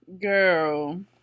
Girl